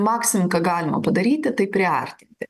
maksimum ką galima padaryti tai priartinti